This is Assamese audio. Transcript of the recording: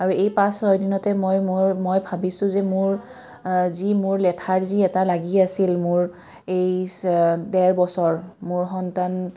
আৰু এই পাঁচ ছয়দিনতে মই মোৰ মই ভাবিছোঁ যে মোৰ যি মোৰ লেথাৰ যি এটা লাগি আছিল মোৰ এই ডেৰ বছৰ মোৰ সন্তান